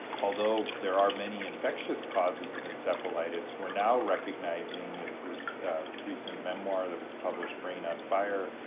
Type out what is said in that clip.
although there are many infectious causes of encephalitis, we're now recognizing, as this recent memoir that was published, brain on fire,